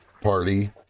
party